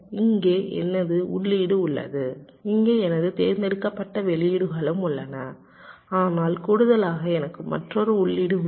இங்கேயும் எனது உள்ளீடு உள்ளது இங்கே எனது தேர்ந்தெடுக்கப்பட்ட வெளியீடுகளும் உள்ளன ஆனால் கூடுதலாக எனக்கு மற்றொரு உள்ளீடு உள்ளது